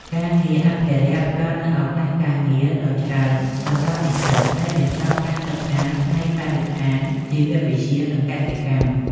ការងារអភិរក្សផ្តល់នូវឱកាសការងារដ៏ច្រើនសម្រាប់និស្សិតដែលបញ្ចប់ការសិក្សាផ្នែកបរិស្ថាន ជីវវិទ្យា និងកសិកម្ម។